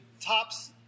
tops